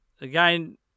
Again